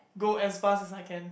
go as fast as I can